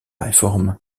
réforme